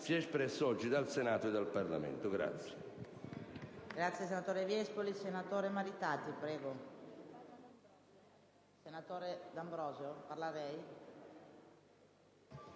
sia espresso oggi dal Senato e dal Parlamento.